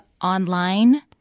online